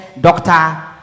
doctor